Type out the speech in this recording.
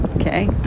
okay